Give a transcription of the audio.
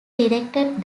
directed